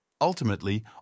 ultimately